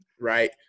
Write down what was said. right